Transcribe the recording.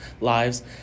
lives